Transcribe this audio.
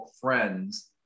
friends